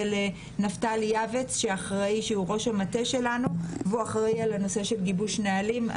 ואת נפתלי יעבץ שהוא ראש המטה שלנו ואחראי על הנושא של גיבוש נהלים.